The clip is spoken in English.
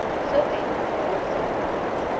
so ahab called his own prophets,